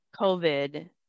COVID